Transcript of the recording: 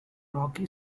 rocky